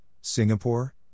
Singapore